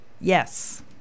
Yes